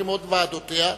כמו ועדותיה,